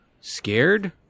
scared